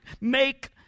make